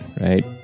right